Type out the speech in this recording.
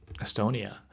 Estonia